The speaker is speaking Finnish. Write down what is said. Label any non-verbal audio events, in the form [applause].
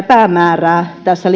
[unintelligible] päämäärää tässä [unintelligible]